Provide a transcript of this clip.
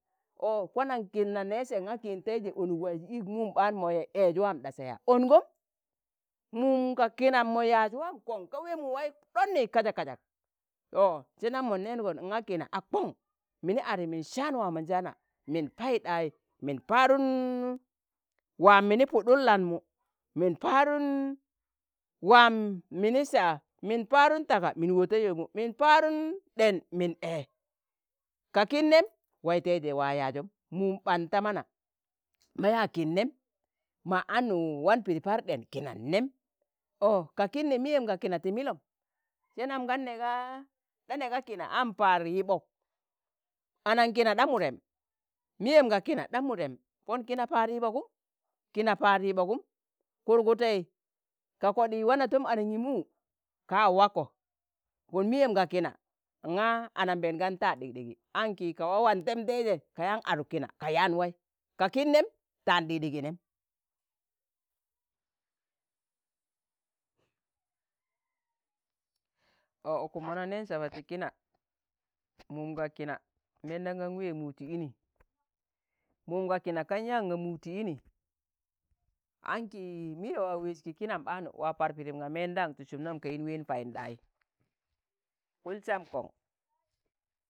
ọ kwanan kin na ne se nga kin teije onuk waiz ik mum ɓaan mọ ẹẹz waam ɗasa ya? on gom. mum ga kinam mọ yaaz waam kon, ka wee muwai ɗọni, kazak kazak. ọ se nam mon neengon nga kina a kon, mini adi min sạan waamo njaana, min paiɗai, min parunni waam mini puɗun laanmu, min pa̱arun waam mini sa, min parun taga min wot ta yoomu, min parun ɗen min ẹẹ, ka kin nẹm waiteiji wa yazom mum ɓạan ta mana, mo yaa kin nem ma anu wan pidi par ɗẹn kina nem. ọ ka kin ne miyem ka kina ti milom, se nam gan neegaa ɗa nega, kina an paad yiɓokum, anankina ɗa mudem, miyem ga kina ɗa mudem, pon kina paad yibokum, kina paad yibikum, kurgutri ka koɗii wana tom anangimu ka wako pon miyem ga kina nga anambeen kan ta ɗikɗigi anki ka wa wan temdenje ka yan aduk kina ka yaan wai, ka kin nem taan ɗikɗigi nem. ọ ukum mọ na neen saba ki kina mum ga kina mendam gan wee mu ti ini, mum ga kina kan yaan ga mu̱u ti ini, anki miye waa weez ki kinam ɓaanu, waa par piidim ga mendam, ti sum nam ka yin ween payinɗai, kul sam kon.